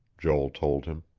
joel told him.